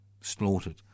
slaughtered